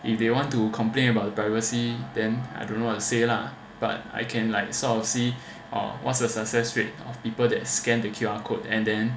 if they want to complain about privacy then I don't know what to say lah but I can like sort of see what's the success rate of people that scan the Q_R code and then